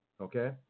okay